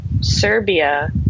Serbia